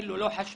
אין לו לא חשמל,